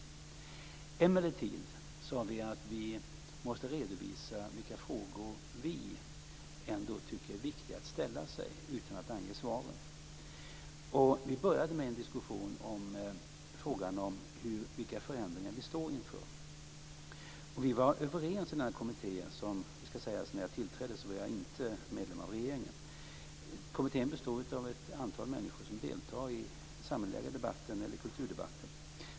Emellertid sade vi att vi måste redovisa vilka frågor vi ändå tycker är viktiga att ställa sig utan att ange svaren. Vi började med en diskussion om frågan vilka förändringar vi står inför. Det skall sägas att när jag tillträdde var jag inte medlem av regeringen. Kommittén består av ett antal människor som deltar i samhällsdebatten eller kulturdebatten.